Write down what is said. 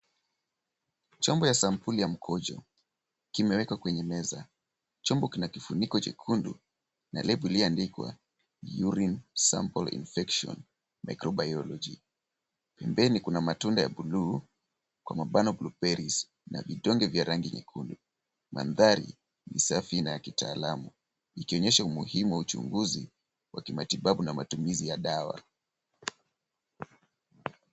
Chombo ya sampuli ya mkojo kimewekwa kwenye meza. Chombo kina kifuniko chekundu na lebo iliyoandikwa urine sample infection microbiology . Pembeni kuna matunda ya bluu kwa mabano blue berries na vidonge vya rangi nyekundu. Mandhari ni safi na ya kitaalamu ikionyesha umuhimu wa uchunguzi wa kimatibabu na matumizi ya dawa.